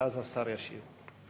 ואז השר ישיב.